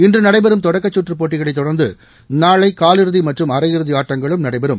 இன்று நடைபெறும் தொடக்க சுற்று போட்டிகளை தொடர்ந்து நாளை காலிறுதி மற்றும் அரையிறுதி ஆட்டங்களும் நடைபெறும்